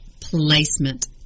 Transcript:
placement